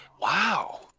wow